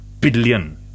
billion